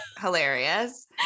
hilarious